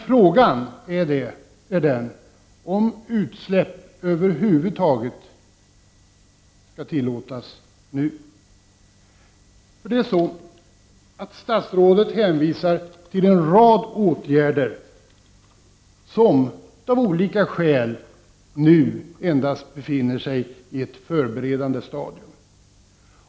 Frågan är emellertid om utsläpp över huvud taget skall tillåtas nu. Statsrådet hänvisar till en rad åtgärder som av olika skäl nu endast befinner sig på ett förberedande stadium.